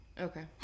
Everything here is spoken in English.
Okay